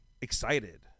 excited